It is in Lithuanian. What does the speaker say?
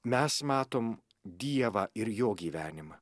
mes matom dievą ir jo gyvenimą